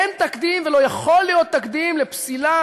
אין תקדים ולא יכול להיות תקדים לפסילה